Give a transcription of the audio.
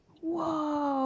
Whoa